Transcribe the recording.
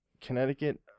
Connecticut